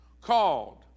Called